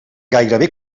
gairebé